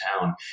town